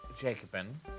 Jacobin